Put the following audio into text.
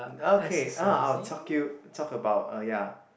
okay uh I will talk you talk about uh ya